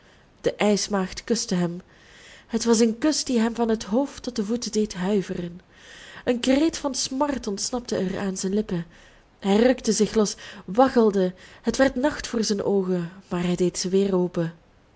de ijsmaagd kuste hem het was een kus die hem van het hoofd tot de voeten deed huiveren een kreet van smart ontsnapte er aan zijn lippen hij rukte zich los waggelde en het werd nacht voor zijn oogen maar hij deed ze weer open